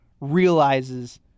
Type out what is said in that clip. realizes